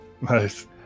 Nice